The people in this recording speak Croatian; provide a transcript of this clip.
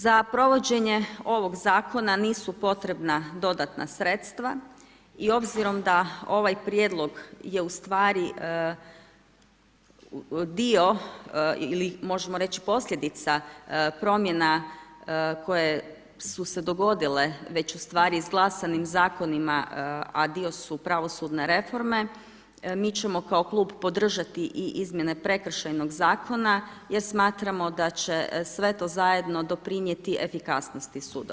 Za provođenje ovog zakona nisu potrebna dodatna sredstva i obzirom da ovaj prijedlog je ustvari dio ili možemo reći posljedica promjena koje su se dogodile, već ustvari izglasanim zakonima a dio su pravosudne reforme mi ćemo kao klub podržati i Izmjene prekršajnog zakona jer smatramo da će sve to zajedno doprinijeti efikasnosti sudova.